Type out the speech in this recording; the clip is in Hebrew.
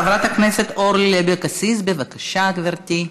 חברת הכנסת אורלי לוי אבקסיס, בבקשה, גברתי.